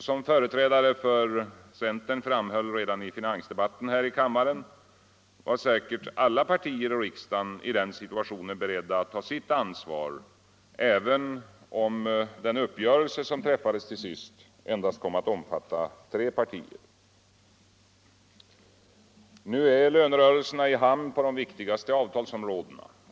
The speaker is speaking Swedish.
Som företrädarna för centern framhöll redan i finansdebatten här i kammaren var säkert alla partier i riksdagen i den situationen beredda att ta sitt ansvar, även om den uppgörelse som träffades till slut endast kom att omfatta tre partier. Nu är lönerörelserna i hamn på de viktigaste avtalsområdena.